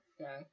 Okay